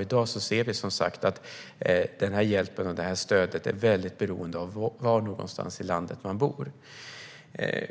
I dag ser vi som sagt att den här hjälpen och det här stödet är starkt beroende av var i landet man bor.